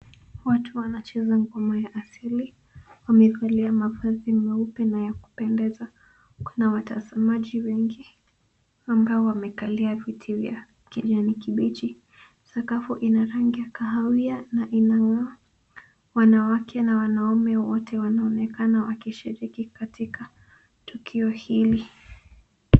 Watu wanacheza Ngoma ya asili. Wamevalia mavazi meupe na ya kupendeza. Kuna watazamaji Wengi ambao wamekalia viti vya kijani kibichi. Sakafu ni ya rangi ya kahawia na inang'aa. Wanawake na wanaume wote wanaonekana wakishiriki katika tukio hili.